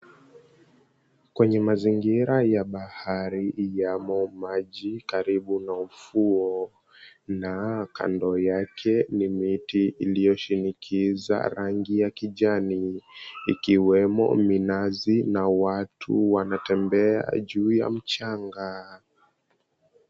Kwenye mazingira ya bahari yamo maji karibu na ufuo na kando yake ni miti iliyoshinikiza rangi ya kijani ikiwemo minazi na watu wanatembea juu ya mchanga.